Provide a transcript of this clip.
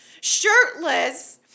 shirtless